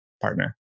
partner